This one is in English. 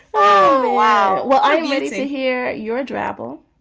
wow. wow. well, i'm ready to hear your drabble